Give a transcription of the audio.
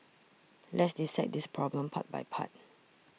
let's dissect this problem part by part